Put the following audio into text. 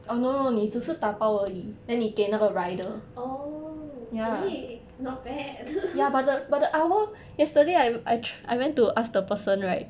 oh eh not bad